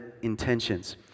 intentions